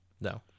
No